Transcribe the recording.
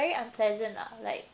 very unpleasant lah like